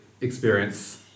experience